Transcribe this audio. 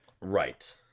Right